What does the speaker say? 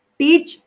teach